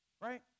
right